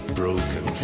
broken